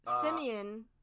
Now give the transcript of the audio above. Simeon